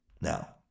Now